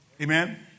Amen